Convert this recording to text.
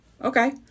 okay